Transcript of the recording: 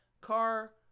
car